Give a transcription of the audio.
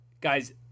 Guys